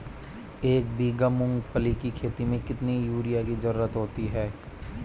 एक बीघा मूंगफली की खेती में कितनी यूरिया की ज़रुरत होती है?